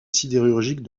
sidérurgique